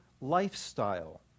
lifestyle